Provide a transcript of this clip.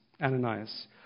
Ananias